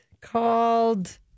called